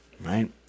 Right